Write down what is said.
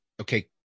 okay